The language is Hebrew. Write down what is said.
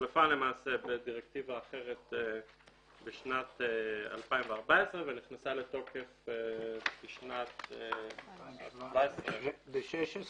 שהוחלפה למעשה בדירקטיבה אחרת בשנת 2014 ונכנסה לתוקף בשנת 2017. ב-16',